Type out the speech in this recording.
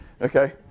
okay